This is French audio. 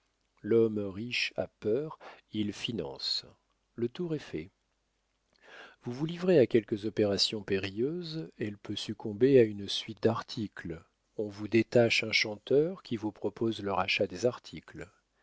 l'homme riche a peur il finance le tour est fait vous vous livrez à quelque opération périlleuse elle peut succomber à une suite d'articles on vous détache un chanteur qui vous propose le rachat des articles